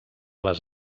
les